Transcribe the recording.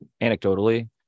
anecdotally